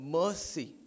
mercy